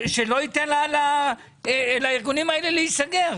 שלא ייתן לארגונים האלה להיסגר.